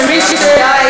מעניין חבר הכנסת כהן,